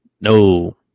No